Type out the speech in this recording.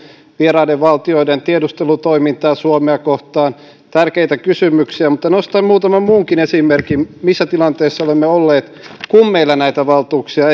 vieraiden valtioiden tiedustelutoimintaa suomea kohtaan tärkeitä kysymyksiä mutta nostan muutaman muunkin esimerkin missä tilanteessa olemme olleet kun näitä valtuuksia